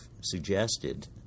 suggested